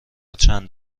چند